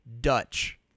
Dutch